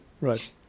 right